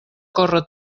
córrer